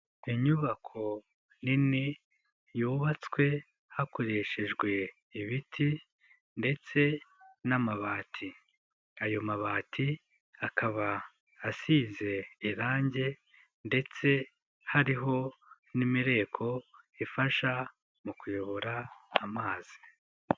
Inyubako nini yubatswe hakoreshejwe ibiti ndetse n'amabati, ayo mabati akaba asize irange ndetse hariho n'imireko ifasha mu kuyobora amazi.